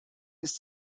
ist